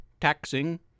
taxing